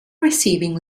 receiving